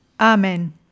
Amen